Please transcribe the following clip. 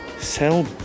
sell